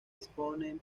exponen